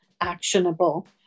actionable